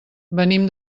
venim